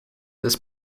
this